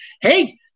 hey